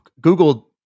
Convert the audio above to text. Google